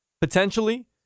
potentially